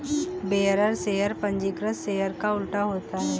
bearer share पंजीकृत share का उल्टा होता है